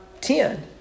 ten